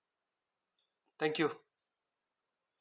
thank you